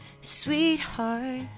Sweetheart